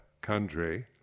country